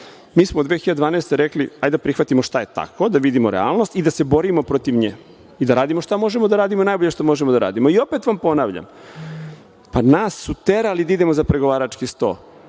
smo 2012. godine rekli – hajde da prihvatimo šta je tako, da vidimo šta je realnost i da se borimo protiv nje i da radimo šta možemo da radimo najbolje što možemo da radimo. Opet vam ponavljam, nas su terali da idemo za pregovarački sto.